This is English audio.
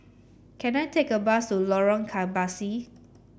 can I take a bus to Lorong Kebasi